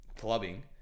clubbing